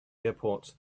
airport